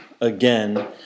again